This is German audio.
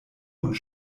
und